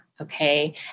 Okay